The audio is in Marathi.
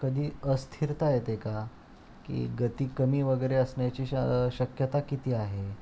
कधी अस्थिरता येते का की गती कमी वगैरे असण्याची श शक्यता किती आहे